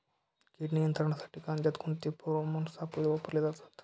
कीड नियंत्रणासाठी कांद्यात कोणते फेरोमोन सापळे वापरले जातात?